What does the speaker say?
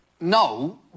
no